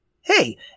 Hey